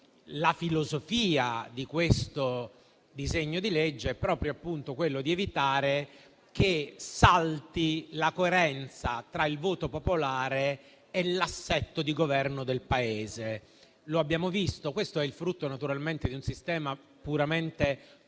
La filosofia di questo disegno di legge è proprio di evitare che salti la coerenza tra il voto popolare e l'assetto di Governo del Paese. Questo è il frutto, naturalmente, di un sistema puramente